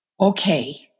okay